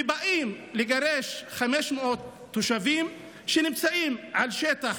ובאים לגרש 500 תושבים שנמצאים על שטח